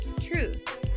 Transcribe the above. truth